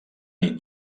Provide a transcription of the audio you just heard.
nit